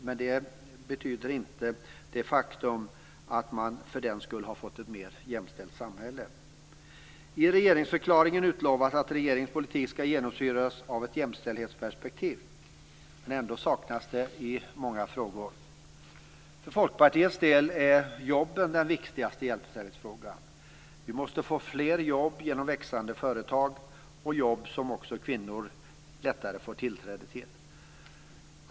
Men det betyder inte att man för den skull har fått ett mer jämställt samhälle. I regeringsförklaringen utlovas att regeringens politik skall genomsyras av ett jämställdhetsperspektiv. Ändå saknas detta i många frågor. För Folkpartiets del är jobben den viktigaste jämställdhetsfrågan. Vi måste få fler jobb genom växande företag, jobb som också kvinnor kan få lättare tillträde till.